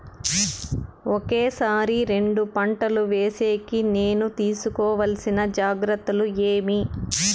ఒకే సారి రెండు పంటలు వేసేకి నేను తీసుకోవాల్సిన జాగ్రత్తలు ఏమి?